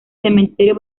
cementerio